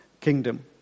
kingdom